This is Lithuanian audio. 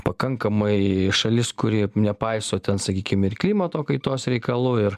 pakankamai šalis kuri nepaiso ten sakykim ir klimato kaitos reikalų ir